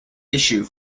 issue